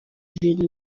ibintu